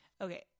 Okay